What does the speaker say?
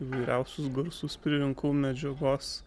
įvairiausius garsus pririnkau medžiagos